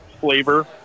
flavor